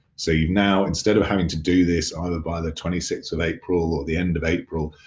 so you've now instead of having to do this, either by the twenty sixth of april or the end of april,